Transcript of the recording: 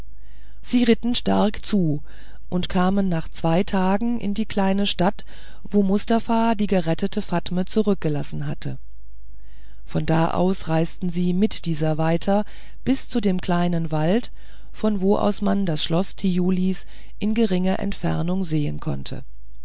sie ritten stark zu und kamen nach zwei tagen in die kleine stadt wo mustafa die gerettete fatme zurückgelassen hatte von da aus reisten sie mit dieser weiter bis zu dem kleinen wald von wo aus man das schloß thiulis in geringer entfernung sehen konnte